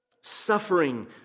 Suffering